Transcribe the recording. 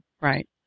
Right